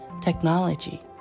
technology